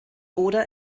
oder